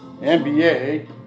NBA